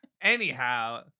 Anyhow